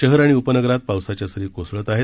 शहर आणि उपनगरात पावसाच्या सरी कोसळत आहेत